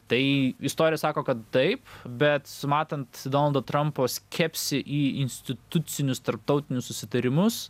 tai istorija sako kad taip bet matant donaldo trampo skepsį į institucinius tarptautinius susitarimus